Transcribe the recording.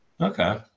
Okay